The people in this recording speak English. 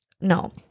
No